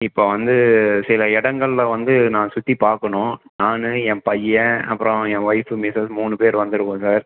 இப்போ வந்து சில இடங்கள்ல வந்து நான் சுற்றி பார்க்கணும் நான் என் பையன் அப்புறம் என் ஒய்ஃப்பு மிஸ்ஸஸ் மூணு பேர் வந்து இருக்கோம் சார்